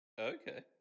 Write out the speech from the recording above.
Okay